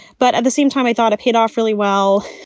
but at the same time, i thought it paid off really well.